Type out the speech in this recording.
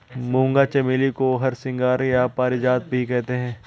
मूंगा चमेली को हरसिंगार या पारिजात भी कहते हैं